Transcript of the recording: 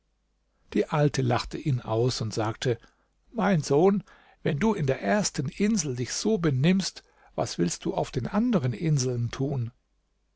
die alte lachte ihn aus und sagte mein sohn wenn du in der ersten insel dich so benimmst was willst du auf den anderen inseln tun